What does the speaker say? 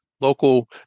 local